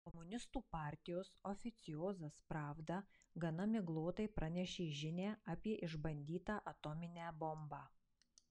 komunistų partijos oficiozas pravda gana miglotai pranešė žinią apie išbandytą atominę bombą